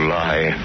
lie